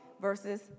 versus